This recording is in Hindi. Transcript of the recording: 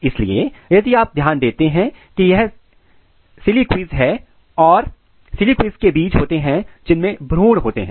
इसलिए यदि आप ध्यान देते हैं कि यह सिलीक्विज है और सिलीक्विज में बीज होते हैं जिनमें भ्रूण होते हैं